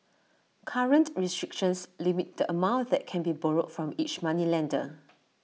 current restrictions limit the amount that can be borrowed from each moneylender